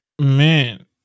Man